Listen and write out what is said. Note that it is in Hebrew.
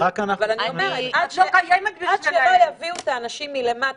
אבל אני אומרת עד שלא יביאו את האנשים למטה